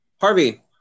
Harvey